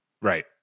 Right